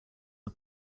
are